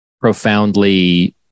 Profoundly